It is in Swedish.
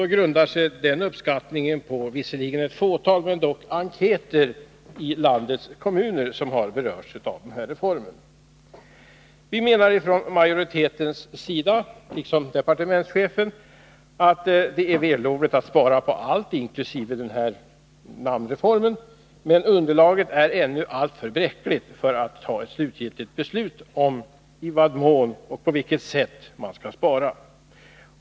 Den uppskattningen grundar sig på — visserligen ett fåtal — enkäter i de kommuner som har berörts av reformen. Civilutskottets majoritet menar, liksom departementschefen, att det är vällovligt att spara på allt, inkl. namnreformen, men underlaget är ännu alltför bräckligt för att ta ett slutgiltigt beslut om i vad mån och på vilket sätt man skall spara.